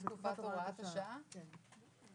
אם